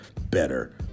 better